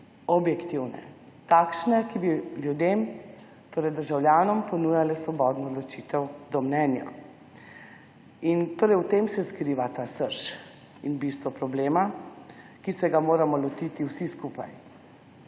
objektivne, takšne, ki bi ljudem, torej državljanom, ponujale svobodno odločitev do mnenja. In prav v tem se kriva ta srž in bistvo problema, ki se ga moramo lotiti vsi skupaj.